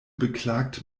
beklagt